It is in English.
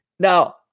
Now